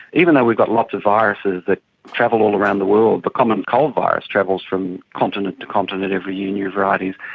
even though we've got lots of viruses that travel all around the world, the but common cold virus travels from continent to continent every year, new varieties,